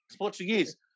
Portuguese